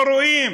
לא רואים.